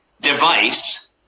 device